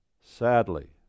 sadly